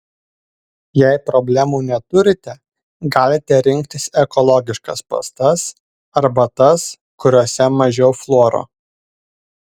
jei problemų neturite galite rinktis ekologiškas pastas arba tas kuriose mažiau fluoro